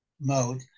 mode